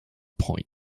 point